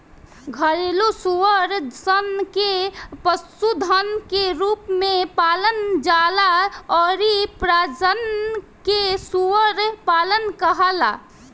घरेलु सूअर सन के पशुधन के रूप में पालल जाला अउरी प्रजनन के सूअर पालन कहाला